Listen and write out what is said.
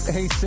Hey